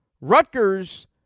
Rutgers